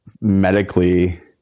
medically